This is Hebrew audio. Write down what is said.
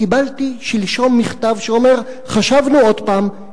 קיבלתי שלשום מכתב שאומר: חשבנו עוד פעם,